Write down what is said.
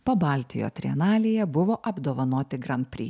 pabaltijo trienalėje buvo apdovanoti grand prix